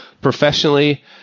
professionally